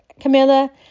Camilla